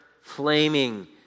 flaming